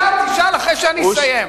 אז תשאל אחרי שאני אסיים.